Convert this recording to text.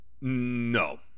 no